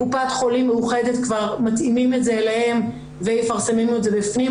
קופת חולים מאוחדת כבר מתאימים את זה אליהם ויפרסמו את זה בפנים,